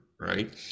right